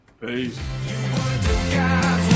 Peace